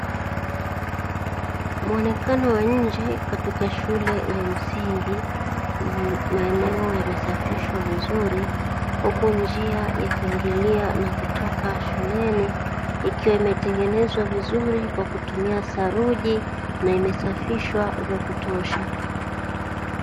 Muonekano wa nje katika shule ya msingi maeneo yamesafishwa vizuri, huku njia ya kuingilia na kutoka shuleni ikiwa imetengenezwa vizuri kwa kutumia saruji na imesafishwa vya kutosha.